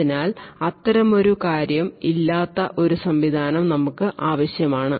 അതിനാൽ അത്തരമൊരു കാര്യം ഇല്ലാത്ത ഒരു സംവിധാനം നമുക്ക് ആവശ്യമാണ്